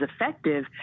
effective